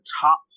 top